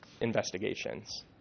investigations